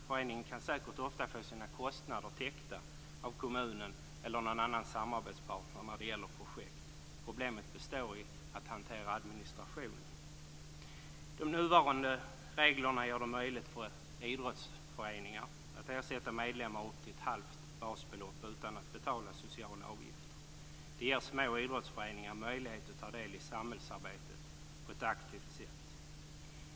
Föreningen kan säkert ofta få sina kostnader täckta av kommunen eller någon annan samarbetspartner när det gäller projekt. Problemet består i att hantera administrationen. De nuvarande reglerna gör det möjligt för idrottsföreningar att ersätta medlemmar med upp till ett halvt basbelopp utan att betala sociala avgifter. Det ger små idrottsföreningar möjlighet att ta del i samhällsarbetet på ett aktivt sätt.